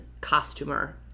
costumer